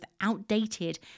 outdated